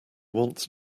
wants